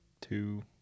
two